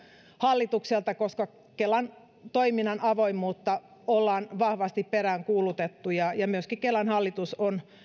hallitukselta koska kelan toiminnan avoimuutta ollaan vahvasti peräänkuulutettu ja ja kelan hallitus on